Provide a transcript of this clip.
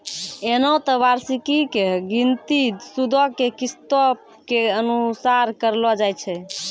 एना त वार्षिकी के गिनती सूदो के किस्तो के अनुसार करलो जाय छै